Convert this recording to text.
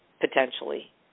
potentially